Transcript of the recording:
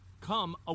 come